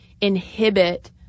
inhibit